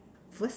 what